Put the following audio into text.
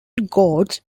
gods